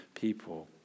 people